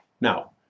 Now